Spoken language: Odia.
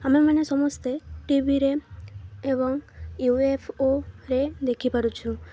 ଆମେମାନେ ସମସ୍ତେ ଟିଭିରେ ଏବଂ ୟୁଏଫ୍ଓରେ ଦେଖିପାରୁଛୁ